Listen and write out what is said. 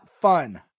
fun